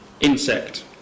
insect